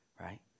right